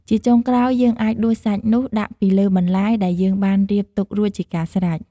ជាចុងក្រោយ យើងអាចដួសសាច់នោះដាក់ពីលើបន្លែដែលយើងបានរៀបទុករួចជាការស្រេច។